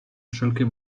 wszelkie